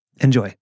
Enjoy